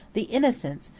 the innocence,